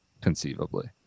conceivably